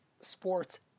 sports